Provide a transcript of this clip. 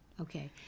Okay